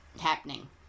happening